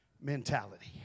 mentality